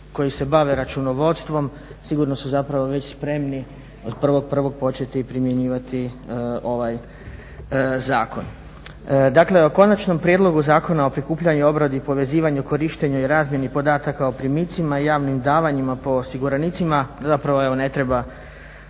koji se bave računovodstvom sigurno su zapravo već spremni od 1.01. početi primjenjivati ovaj zakon. Dakle, o Konačnom prijedlogu Zakona o prikupljanju, obradi, povezivanju, korištenju i razmjeni podataka o primicima i javnim davanjima po osiguranicima zapravo evo ne treba